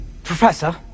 Professor